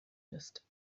ist